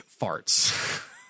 farts